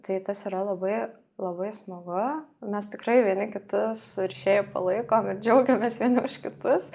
tai tas yra labai labai smagu mes tikrai vieni kitus rišėjų palaikom ir džiaugiamės vieni už kitus